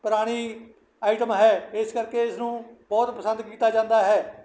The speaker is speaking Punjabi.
ਪੁਰਾਣੀ ਆਈਟਮ ਹੈ ਇਸ ਕਰਕੇ ਇਸ ਨੂੰ ਬਹੁਤ ਪਸੰਦ ਕੀਤਾ ਜਾਂਦਾ ਹੈ